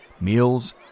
Meals